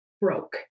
broke